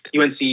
UNC